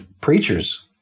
preachers